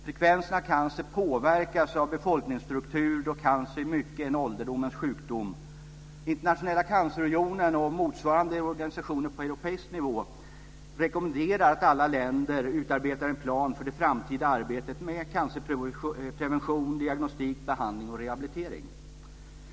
Frekvensen av cancer påverkas av befolkningsstrukturen då cancer till stor del är en ålderdomens sjukdom. Internationella cancerunionen och motsvarande organisationer på europeisk nivå rekommenderar att alla länder utarbetar en plan för det framtida arbetet med cancerprevention, diagnostik, behandling och rehabilitering.